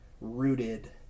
rooted